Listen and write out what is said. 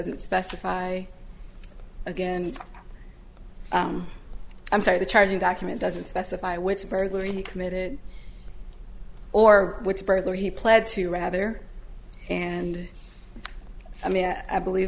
sn't specify again i'm sorry the charging document doesn't specify which burglary he committed or which burglary he pled to rather and i mean i believe